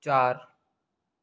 चारि